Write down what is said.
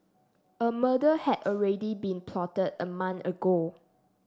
a murder had already been plotted a month ago